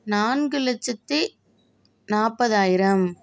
நான்கு லட்சத்து நாற்பதாயிரம்